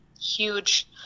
huge